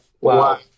wow